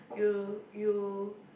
you you